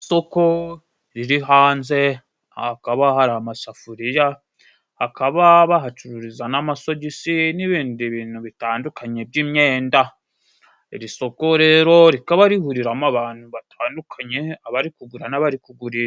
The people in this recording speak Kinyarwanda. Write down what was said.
Isoko riri hanze, hakaba hari amasafuriya, hakaba bahacururiza n'amasogisi n'ibindi bintu bitandukanye by'imyenda. Iri soko rero rikaba rihuriramo abantu batandukanye abari kugura n'abari kugurisha.